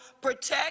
protect